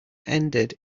ended